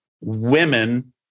women